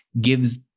gives